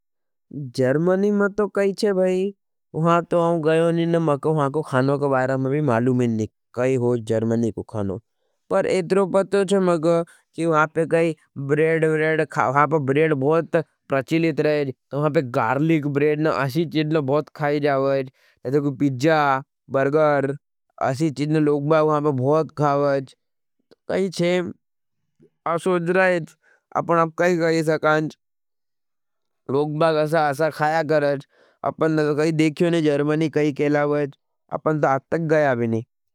जर्मनी में तो कही हज भाई वहाँ तो आम गययों। नहीं नहीं मैं कहा वहाँ को खानो के बारे मैं भी मालूमीन नहीं कही होगी। जर्मनी को खानो पर एत्रो पत्तो छे मैं कहा कि वहाँ पे कही ब्रेड ब्रेड वहाँ पे ब्रेड बहुत प्रचीलित रहे। जी वहाँ पे गार्लीक ब्रेड न असी चीजन बहुत खाई जावेज। पिजा, बर्गर असी चीजन लोग बाग वहाँ पे बहुत खावेज कही छेम, आप सोझ रहेज। अपन अप कही कही सकाँज लोग बाग असार खाया करेज अपन न देखियो ने जर्मनी कही केला वहेज अपन त आज तक गया भी नहीं।